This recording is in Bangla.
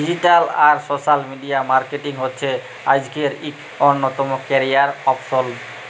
ডিজিটাল আর সোশ্যাল মিডিয়া মার্কেটিং হছে আইজকের ইক অল্যতম ক্যারিয়ার অপসল